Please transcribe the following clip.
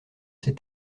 ses